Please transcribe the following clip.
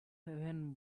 seven